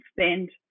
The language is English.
spend